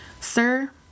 Sir